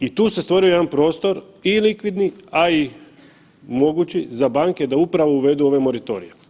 I tu se stvorio jedan prostor i likvidni, a i mogući za banke da upravo uvedu ove moratorije.